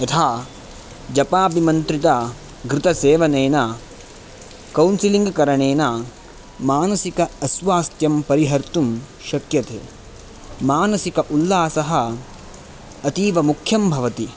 यथा जपाभिमन्त्रितघृतसेवनेन कौन्सलिङ्ग् करणेन मानसिक अस्वास्थ्यं परिहर्तुं शक्यते मानसिक उल्लासः अतीवमुख्यं भवति